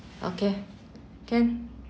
okay can